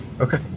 Okay